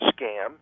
scam